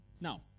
Now